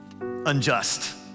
unjust